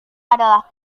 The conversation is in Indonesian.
adalah